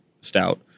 stout